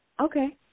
Okay